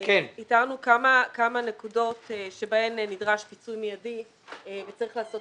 ואיתרנו כמה נקודות בהן נדרש פיצוי מיידי וצריך לעשות